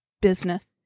business